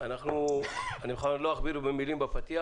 לא אכביר מילים בפתיח.